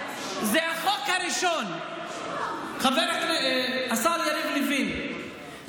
השר יריב לוין,